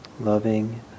loving